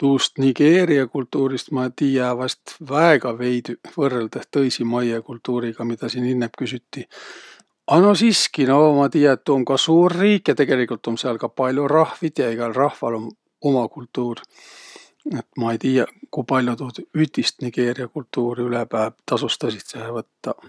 Tuust Nigeeriä kultuurist ma tiiä vaest väega veidüq, võrrõldõh tõisi maiõ kultuuriga, midä siin innemb küsüti. A no siski no ma tiiä, et tuu um ka ruur riik ja tegeligult um sääl ka pall'o rahvit ja egäl rahval um uma kultuur. Nii et ma ei tiiäq, ku pall'o tuud ütist nigeeriä kultuuri ülepää tasos tõsitsõhe võttaq.